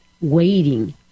waiting